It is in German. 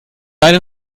einen